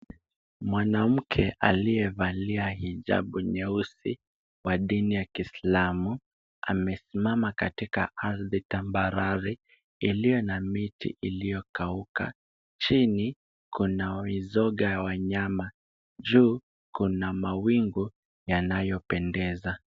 Mwanamke aliyevalia hijabu nyeusi wa dini ya kiislamu, amesimama katika ardhi tambarare, iliyo na miti iliyo kauka. Chini kuna mizoga ya wanyama. Juu kuna mawingu yanayopendeza.